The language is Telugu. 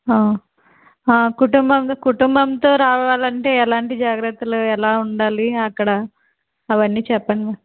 కుటుంబం కుటుంబంతో రావాలంటే ఎలాంటి జాగ్రత్తలు ఎలా ఉండాలి అక్కడ అవన్నీ చెప్పండి